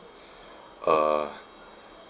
uh